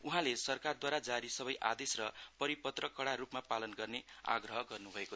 उहाँले सरकारद्वारा जारी सबै आदेश र परिपत्र कडा रूपमा पालन गर्ने आग्रह गर्न् भयो